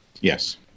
Yes